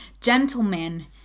Gentlemen